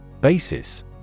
Basis